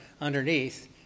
underneath